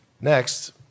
Next